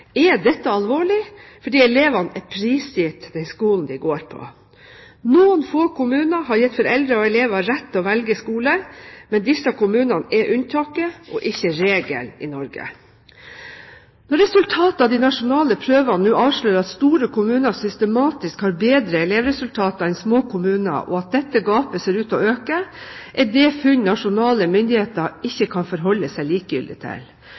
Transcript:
er dette alvorlig, fordi elevene er prisgitt den skolen de går på. Noen få kommuner har gitt foreldre og elever rett til å velge skole, men disse kommunene er unntaket og ikke regelen i Norge. Når resultatet av de nasjonale prøvene nå avslører at store kommuner systematisk har bedre elevresultater enn små kommuner, og at dette gapet ser ut til å øke, er det funn nasjonale myndigheter ikke kan forholde seg likegyldig til.